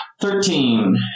Thirteen